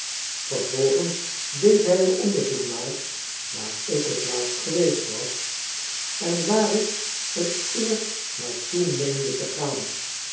vervolgens deed hij er onderzoek naar waar ik t laatst geweest was en waar ik t eerst naar toe meende te gaan